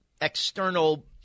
external